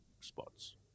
spots